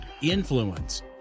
influence